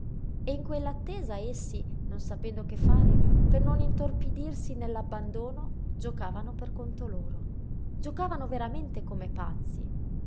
e in quell'attesa essi non sapendo che fare per non intorpidirsi nell'abbandono giocavano per conto loro giocavano veramente come pazzi